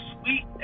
sweet